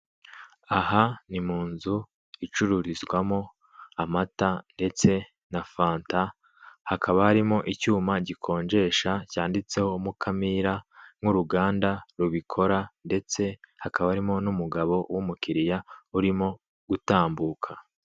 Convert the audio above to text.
Aha ni mu nzu icururizwamo amata ndetse na fanta, hakaba harimo icyuma gikonjesha cyanditseho Mukamira nk'uruganda rubikora, ndetse hakaba harimo n'umugabo urimo utambuka.